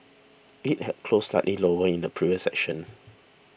it had closed slightly lower in the previous session